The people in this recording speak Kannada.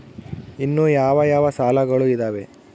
ಇನ್ನು ಯಾವ ಯಾವ ಸಾಲಗಳು ಇದಾವೆ?